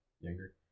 younger